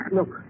Look